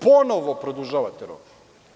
Ponovo produžavate rok.